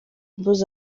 mbuga